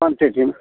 quantity में